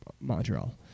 Montreal